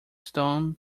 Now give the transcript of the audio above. stone